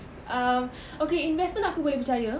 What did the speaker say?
um okay investment aku boleh percaya